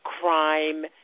crime